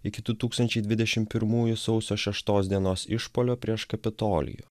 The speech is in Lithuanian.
iki du tūkstančiai dvidešimt pirmųjų sausio šeštos dienos išpuolio prieš kapitolijų